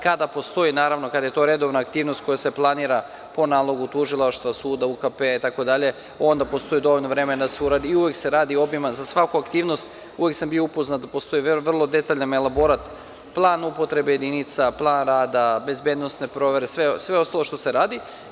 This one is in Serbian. Kada postoje, naravno, kada je to redovna aktivnost koja se planira po nalogu tužilaštva suda, UKP, itd, onda postoji dovoljno vremena da se uradi i uvek se radi obiman za svaku aktivnost, uvek sam bio upoznat, postoji vrlo detaljan elaborat, plan upotrebe jedinica, plan rada, bezbednosne provere, sve ostalo što se radi.